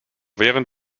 während